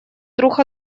друг